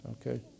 okay